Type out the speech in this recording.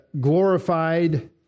glorified